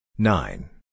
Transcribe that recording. Nine